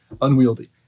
unwieldy